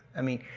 i mean,